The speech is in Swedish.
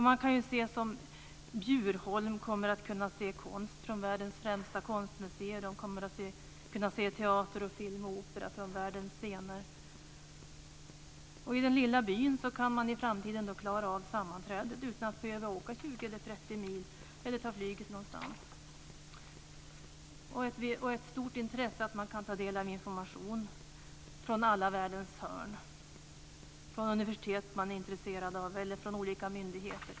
Man kommer att i Bjurholm att kunna se konst från världens främsta konstmuseer, och man kommer att kunna se teater, film och opera från världens scener. I den lilla byn kan man i framtiden klara av sammanträdet utan att behöva åka 20 eller 30 mil eller ta flyget någonstans. Det finns ett stort intresse för att ta del av information från alla världens hörn dygnet runt, t.ex. universitet eller myndigheter.